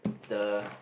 the